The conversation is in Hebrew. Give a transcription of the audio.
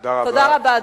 תודה רבה,